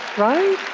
right?